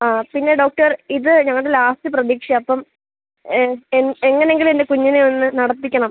ആ പിന്നെ ഡോക്ടർ ഇത് ഞങ്ങളുടെ ലാസ്റ്റ് പ്രതീക്ഷയാണ് അപ്പം എങ്ങനെയെങ്കിലും എൻ്റെ കുഞ്ഞിനെ ഒന്ന് നടത്തിക്കണം